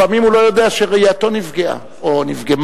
לפעמים הוא לא יודע שראייתו נפגעה או נפגמה.